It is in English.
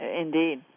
Indeed